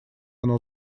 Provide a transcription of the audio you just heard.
оно